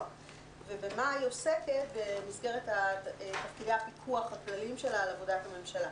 ובמה היא עוסקת במסגרת תפקידי הפיקוח הכלליים שלה על עבודת הממשלה.